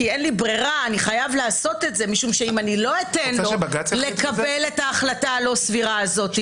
אני חייב לעשות את זה כי אם לא אתן לקבל את ההחלטה הלא סבירה הזו,